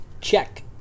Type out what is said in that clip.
check